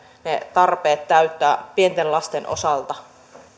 ne pedagogiset tarpeet pienten lasten osalta